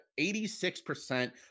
86%